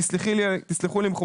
תסלחו לי מכובדיי,